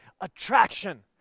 attraction